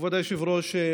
כבוד היושב-ראש,